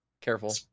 Careful